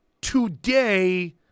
today